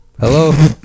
Hello